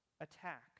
attack